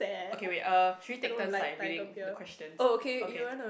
okay wait uh should we take turns like reading the questions okay